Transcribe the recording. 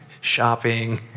shopping